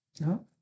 No